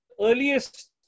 earliest